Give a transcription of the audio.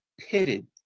pitted